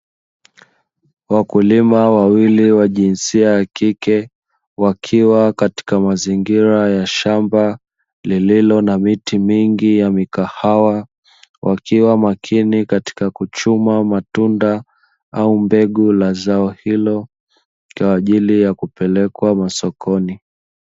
Wakulima wawili wa jinsia ya kike, wakiwa katika mazingira ya shamba lililo na miti mingi ya mikahawa. Wakiwa makini katika kuchuma matunda au mbegu la zao hilo kwaajili ya kupelekwa masokoni.